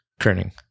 Kerning